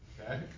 Okay